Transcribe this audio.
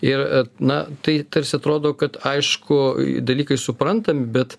ir na tai tarsi atrodo kad aišku dalykai suprantami bet